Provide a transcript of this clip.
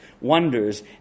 wonders